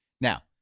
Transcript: Now